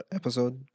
episode